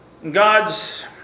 God's